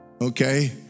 Okay